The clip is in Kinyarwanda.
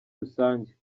rusange